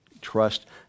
trust